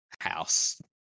house